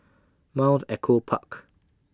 Mount Echo Park